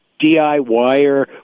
DIYer